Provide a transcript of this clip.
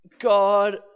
God